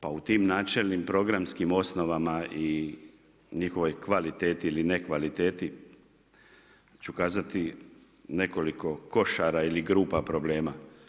Pa u tim načelnim programskim osnovama i njihovoj kvaliteti ili nekvaliteti ću kazati nekoliko košara ili grupa problema.